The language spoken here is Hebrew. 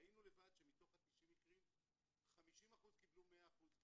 ראינו לבד שמתוך 90 המקרים 50% קיבלו 100% גמלה,